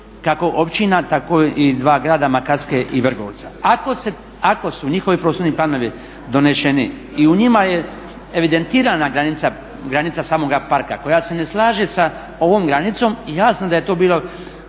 kako općina tako i dva grada Makarske i Vrgorca. Ako su njihovi prostorni planovi doneseni i u njima je evidentirana granica samoga parka koja se ne slaže sa ovom granicom jasno da je to bio